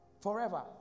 forever